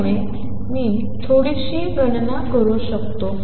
त्यामुळे तुम्ही थोडीशी गणना करू शकता